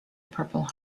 purple